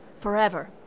Forever